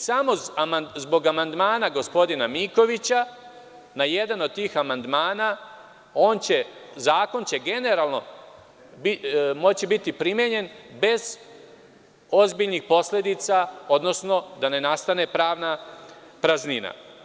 Samo zbog amandmana gospodina Mikovića na jedan od tih amandmana, zakon će generalno moći biti primenjen bez ozbiljnih posledica, odnosno da ne nastane pravna praznina.